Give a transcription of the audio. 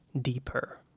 deeper